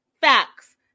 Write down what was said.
facts